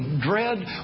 dread